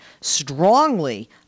strongly